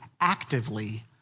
actively